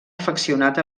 afeccionat